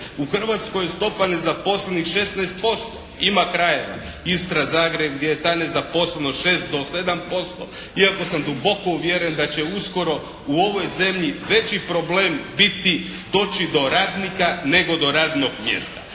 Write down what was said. U Hrvatskoj je stopa nezaposlenih 16%. Ima krajeva Istra, Zagreb gdje je ta nezaposlenost 6 do 7% iako sam duboko uvjeren da će uskoro u ovoj zemlji veći problem biti doći do ratnika nego do radnog mjesta.